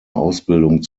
ausbildung